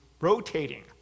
rotating